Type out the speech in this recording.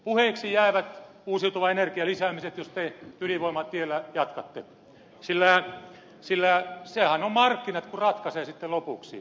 puheeksi jäävät uusiutuvan energian lisäämiset jos te ydinvoiman tiellä jatkatte sillä nehän ovat markkinat jotka ratkaisevat sitten lopuksi